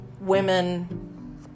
women